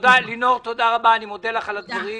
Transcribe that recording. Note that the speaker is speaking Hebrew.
אני מודה לך על הדברים.